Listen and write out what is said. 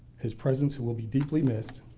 his presence will be deeply missed,